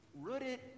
rooted